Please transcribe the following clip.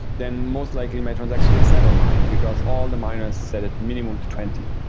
then most likely my transactions gets never mined, because all the miners set it minimum to twenty.